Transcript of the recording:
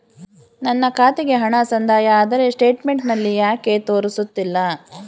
ನನ್ನ ಖಾತೆಗೆ ಹಣ ಸಂದಾಯ ಆದರೆ ಸ್ಟೇಟ್ಮೆಂಟ್ ನಲ್ಲಿ ಯಾಕೆ ತೋರಿಸುತ್ತಿಲ್ಲ?